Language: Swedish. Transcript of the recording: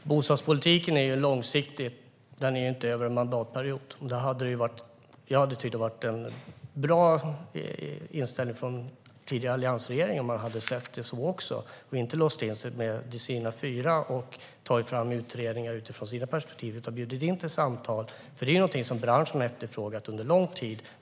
Fru talman! Bostadspolitiken är långsiktig och sträcker sig inte bara över en mandatperiod. Jag hade tyckt att det varit en bra inställning från den tidigare alliansregeringen om man också hade sett det så och inte låst in sig med de sina fyra och tagit fram utredningar utifrån sina perspektiv utan bjudit in till samtal. En långsiktig bostadspolitik är nämligen någonting som branschen har efterfrågat under lång tid.